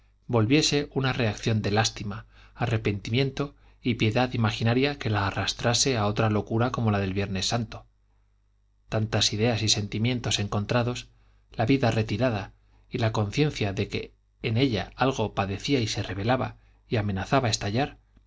volviese una reacción de lástima arrepentimiento y piedad imaginaria que la arrastrase a otra locura como la del viernes santo tantas ideas y sentimientos encontrados la vida retirada y la conciencia de que en ella algo padecía y se rebelaba y amenazaba estallar